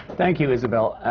thank you, isabelle.